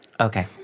Okay